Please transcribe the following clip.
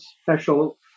special